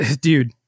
dude